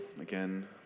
again